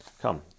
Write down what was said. Come